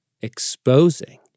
exposing